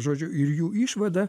žodžiu ir jų išvada